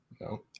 No